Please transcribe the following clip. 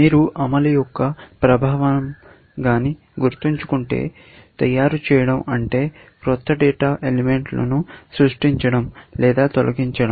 మీరు అమలు యొక్క ప్రభావం గాని గుర్తుంచుకుంటే తయారుచేయడం అంటే క్రొత్త డేటా ఎలిమెంట్ను సృష్టించడం లేదా తొలగించడం